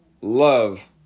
love